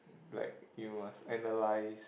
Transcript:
like it was analyzed